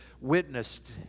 Witnessed